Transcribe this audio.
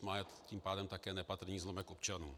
Má je tím pádem také nepatrný zlomek občanů.